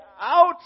out